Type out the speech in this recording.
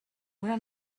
una